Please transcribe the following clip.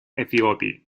эфиопии